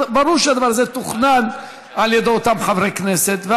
ברור שהדבר הזה תוכנן על ידי אותם חברי כנסת,